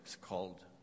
called